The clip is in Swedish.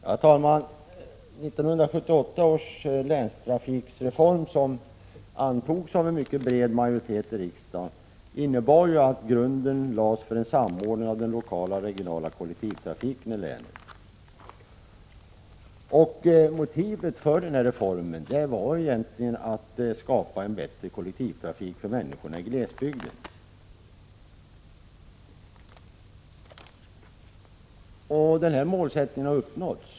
Herr talman! 1978 års länstrafikreform, som antogs av en mycket bred majoritet i riksdagen, innebar att grunden lades för en samordning av den lokala och regionala kollektivtrafiken i länet. Motivet för reformen var egentligen att skapa en bättre kollektivtrafik för människorna i glesbygden. Denna målsättning har uppnåtts.